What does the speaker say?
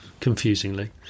confusingly